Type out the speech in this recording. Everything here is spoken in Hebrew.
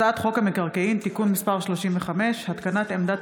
הצעת חוק המקרקעין (תיקון מס' 35) (התקנת עמדת